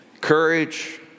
courage